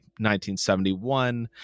1971